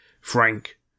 Frank